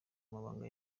mabanga